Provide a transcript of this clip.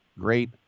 great